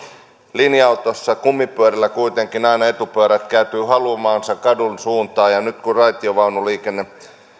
linja autossa kumipyörillä kuitenkin aina etupyörät kääntyvät haluamansa kadun suuntaan ja nyt kun raitiovaunuliikenne